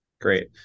Great